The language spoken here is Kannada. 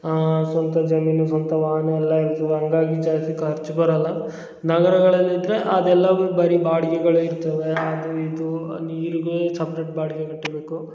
ಆಂ ಸ್ವಂತ ಜಮೀನು ಸ್ವಂತ ವಾಹನ ಎಲ್ಲ ಇರ್ತದೆ ಹಂಗಾಗಿ ಜಾಸ್ತಿ ಖರ್ಚ್ ಬರಲ್ಲ ನಗರಗಳಲ್ಲಿದ್ದರೆ ಅದೆಲ್ಲವು ಬರಿ ಬಾಡ್ಗೆಗಳೇ ಇರ್ತವೆ ಅದು ಇದು ನೀರ್ಗೆ ಸಪ್ರೇಟ್ ಬಾಡಿಗೆ ಕಟ್ಬೇಕು